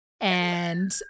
and-